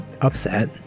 upset